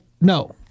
no